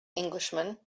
englishman